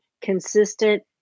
consistent